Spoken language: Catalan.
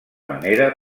manera